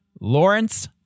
Lawrence